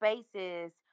spaces